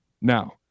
Now